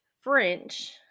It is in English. French